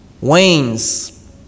wanes